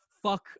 fuck